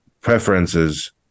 preferences